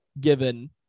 given